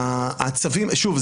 שוב,